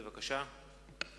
בבקשה.